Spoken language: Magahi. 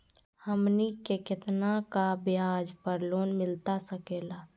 हमनी के कितना का ब्याज पर लोन मिलता सकेला?